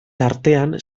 tartean